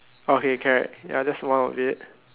okay correct that's one of it